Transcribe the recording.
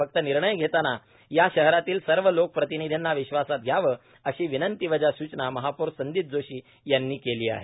फक्त निर्णय घेताना या शहरातील सर्व लोकप्रतिनिधींना विश्वासात घ्यावे अशी विनंतीवजा सुचना महापौर संदीप जोशी यांनी केली आहे